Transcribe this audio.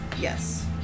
Yes